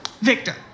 Victor